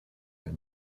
jak